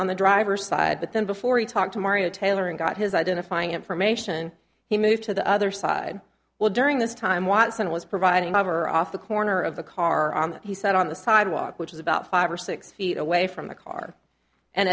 on the driver's side but then before he talked to mario taylor and got his identifying information he moved to the other side well during this time watson was providing cover off the corner of the car he said on the sidewalk which is about five or six feet away from the car and